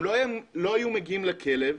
הם לא היו מגיעים לכלב.